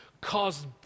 caused